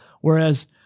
Whereas